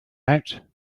out